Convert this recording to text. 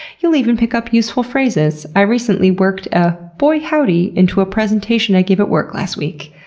you'll even pick up useful phrases. i recently worked a boy howdy into a presentation i gave at work last week.